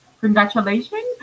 Congratulations